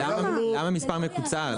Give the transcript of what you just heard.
למה מספר מקוצר?